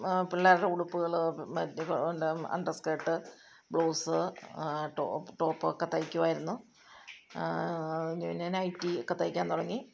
പിള്ളേരുടെ ഉടുപ്പുകളും മറ്റ് എന്താ അണ്ടർ സ്കെർട്ട് ബ്ലൗസ് ടോപ് ടോപ്പൊക്കെ തയ്ക്കുവായിരുന്നു പിന്നെ നൈറ്റിയൊക്കെ തയ്ക്കാൻ തുടങ്ങി